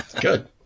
Good